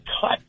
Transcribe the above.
cut